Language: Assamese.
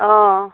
অ